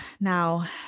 Now